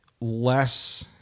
less